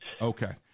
okay